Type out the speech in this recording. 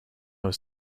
was